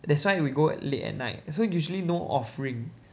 that's why we go late at night so usually no offering